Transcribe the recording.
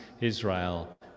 israel